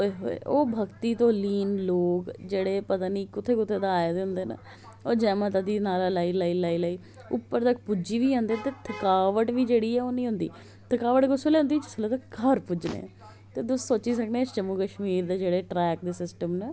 ओए होए ओह् भक्ति तू लीन लोक जेहडे़ पता नेईं कुत्थे कुत्थे दा आए दे होंदे ना ओह् जय माता दे नारा लाई लाई उप्पर तक पुज्जी बी जंदे ते थकावट बी जेहड़ी ऐ नेई होंदी थकावट कुस बेल्लै होंदी जिसले तक घर पुज्जने तुस सोची सकने जम्मू कश्मीर दे जेहडे ट्रैक दे सिस्टम ना